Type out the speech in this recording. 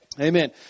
Amen